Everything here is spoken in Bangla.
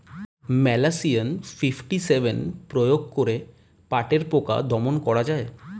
ম্যালাথিয়ন ফিফটি সেভেন প্রয়োগ করে পাটের পোকা দমন করা যায়?